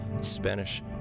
Spanish